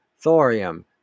thorium